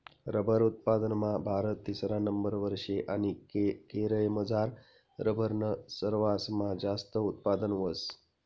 rubber उत्पादनमा भारत तिसरा नंबरवर शे आणि केरयमझार रबरनं सरवासमा जास्त उत्पादन व्हस